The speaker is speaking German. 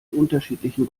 unterschiedlichen